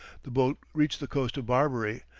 the boat reached the coast of barbary,